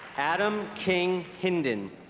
adam king hinden